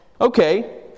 Okay